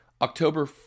October